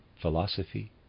philosophy